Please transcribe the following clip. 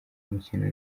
mukino